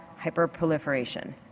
hyperproliferation